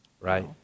right